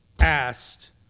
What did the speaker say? asked